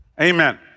Amen